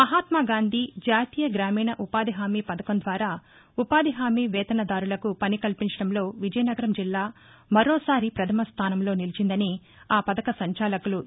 మహాత్మాగాంధీ జాతీయ గ్రామీణ ఉపాధి హామీ పథకం ద్వారా ఉపాధి హామీ వేతన దారులకు పని కల్పించటంలో విజయనగరం జిల్లా మరోసారి పథమ స్టానంలో నిలిచిందని ఆ పథక సంచాలకులు ఏ